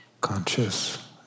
conscious